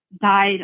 died